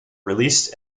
released